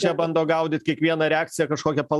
valdžia bando gaudyt kiekvieną reakciją kažkokią palaik